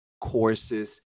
courses